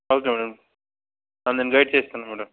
okay madam నేను guide చేస్తాను madam